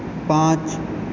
پانچ